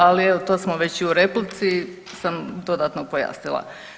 Ali evo to smo već i u replici sam dodatno pojasnila.